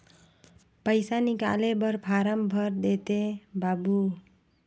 पइसा निकाले बर फारम भर देते बाबु?